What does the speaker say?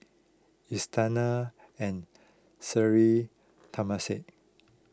Istana and Sri Temasek